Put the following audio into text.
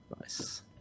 nice